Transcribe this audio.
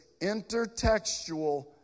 intertextual